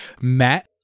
Matt